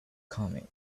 coming